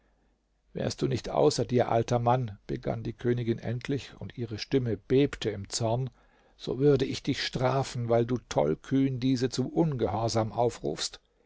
wärst du nicht außer dir alter mann begann die königin endlich und ihre stimme bebte im zorn so würde ich dich strafen weil du tollkühn diese zum ungehorsam aufrufst